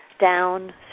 down